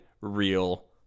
real